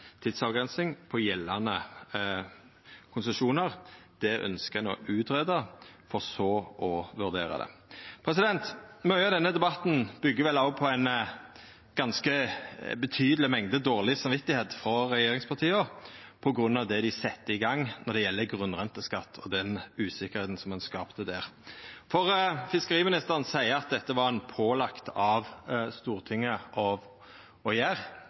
tidsavgrensing for gjeldande konsesjonar. Det ønskjer ein å greia ut, for så å vurdera det. Mykje av debatten byggjer vel òg på ei ganske betydeleg mengde dårleg samvit frå regjeringspartia på grunn av det dei sette i gang når det gjeld grunnrenteskatt, og den usikkerheita ein skapte der. Fiskeriministeren seier at dette var ein pålagd av Stortinget å